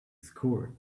score